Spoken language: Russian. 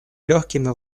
легкими